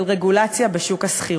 של רגולציה בשוק השכירות.